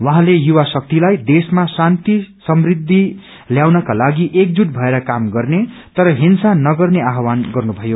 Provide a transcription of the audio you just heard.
उहाँले युवा शक्तिलाई देशमा शान्ति समृद्धि ल्याउनका लागि एकजुट भएर काम गर्ने तर हिंसा नगर्ने आह्वान गर्नुभयो